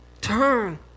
turn